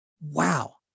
wow